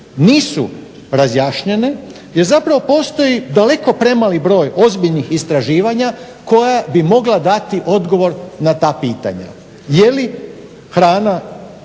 nisu razjašnjene jer zapravo postoji daleko premali broj ozbiljnih istraživanja koja bi mogla dati odgovor na ta pitanja. Jeli hrana